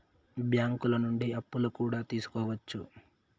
బ్యాంకులు నుండి అప్పులు కూడా తీసుకోవచ్చు